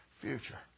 future